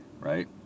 right